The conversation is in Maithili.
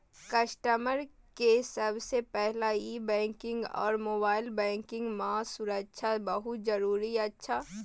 कस्टमर के सबसे पहला ई बैंकिंग आर मोबाइल बैंकिंग मां सुरक्षा बहुत जरूरी अच्छा